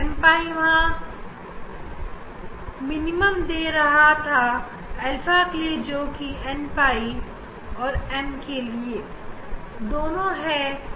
m pi वहां minimal दे रहा था अल्फा के लिए जोकि बराबर है n pi n और m के